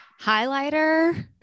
highlighter